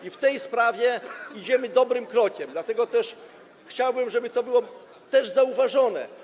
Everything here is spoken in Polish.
I w tej sprawie idziemy dobrym krokiem, dlatego też chciałbym, żeby to było zauważone.